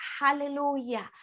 hallelujah